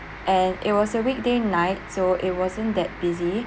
and it was a weekday night so it wasn't that busy